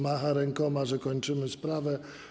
Macha rękoma, że kończymy sprawę.